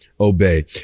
obey